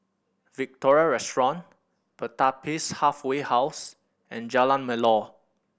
Victoria Restaurant Pertapis Halfway House and Jalan Melor